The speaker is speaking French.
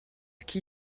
qui